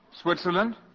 Switzerland